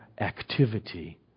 activity